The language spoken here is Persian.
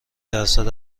درصد